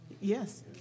Yes